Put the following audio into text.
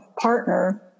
partner